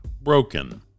broken